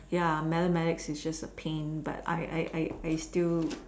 ya mathematics is just a pain but I I I I still